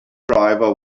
driver